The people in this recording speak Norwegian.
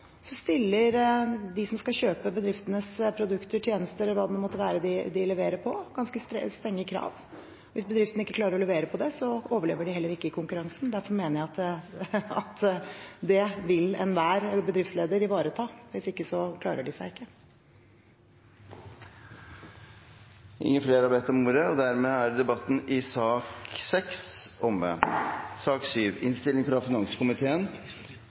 stiller de som skal kjøpe bedriftenes produkter, tjenester – eller hva det nå måtte være de leverer på – ganske strenge krav. Hvis bedriftene ikke klarer å levere på det, overlever de heller ikke i konkurransen. Derfor mener jeg at det vil enhver bedriftsleder ivareta – hvis ikke klarer de seg ikke. Replikkordskiftet er omme. Flere har ikke bedt om ordet